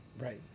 Right